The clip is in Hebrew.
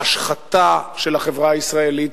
בהשחתה של החברה הישראלית,